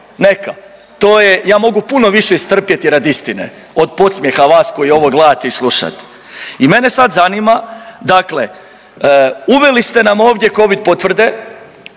je, ja mogu puno više istrpjeti radi istine od podsmjeha vas koji ovo gledate i slušate. I mene sad zanima, dakle uveli ste nam ovdje Covid potvrde